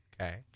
Okay